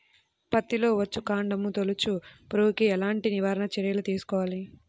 పత్తిలో వచ్చుకాండం తొలుచు పురుగుకి ఎలాంటి నివారణ చర్యలు తీసుకోవాలి?